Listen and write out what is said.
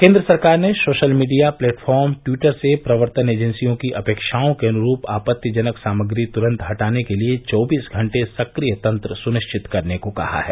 केन्द्र सरकार ने सोशल मीडिया प्लेटफॉर्म ट्विटर से प्रवर्तन एजेंसियों की अपेक्षाओं के अनुरूप आपत्तिजनक सामग्री तुरंत हटाने के लिए चौबीस घंटे सक्रिय तंत्र सुनिश्चित करने को कहा है